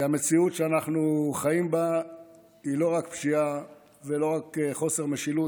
כי המציאות שאנחנו חיים בה היא לא רק פשיעה ולא רק חוסר משילות,